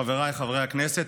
חבריי חברי הכנסת,